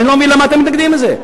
ואני לא מבין למה אתם מתנגדים לזה.